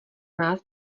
nás